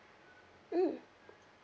mm